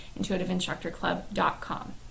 intuitiveinstructorclub.com